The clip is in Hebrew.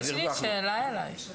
יש לי שאלה אלייך.